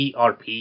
ERP